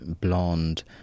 blonde